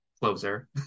closer